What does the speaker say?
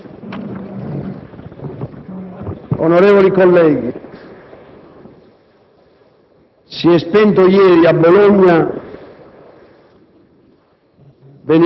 Onorevoli colleghi, si è spento ieri, a Bologna,